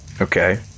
Okay